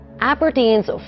Aberdeen's